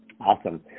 Awesome